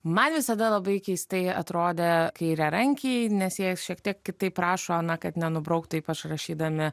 man visada labai keistai atrodė kairiarankiai nes jie šiek tiek kitaip prašo kad nenubrauktų ypač rašydami